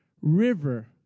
river